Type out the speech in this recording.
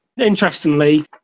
Interestingly